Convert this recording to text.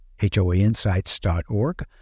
HOAinsights.org